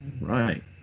Right